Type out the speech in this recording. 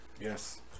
Yes